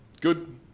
Good